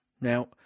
Now